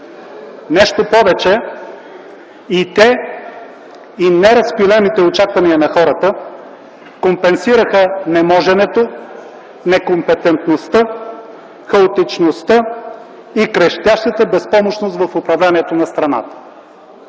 Нещо повече, и те, и неразпилените очаквания на хората компенсираха неможенето, некомпетентността, хаотичността и крещящата безпомощност в управлението на страната.